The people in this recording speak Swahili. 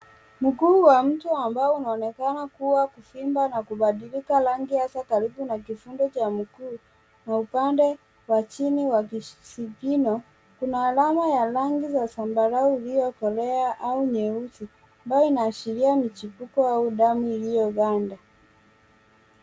Mguu wa mtu ambao unaonekana kuwa kuvimba na kubadilika rangi hasa karibu na kifundo cha mguu na upande wa chini wa kisigino. Kuna alama ya rangi ya zambarau iliyokolea au nyeusi ambayo inaashiria michipuko au damu iliyoganda.